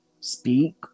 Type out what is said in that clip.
speak